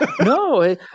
No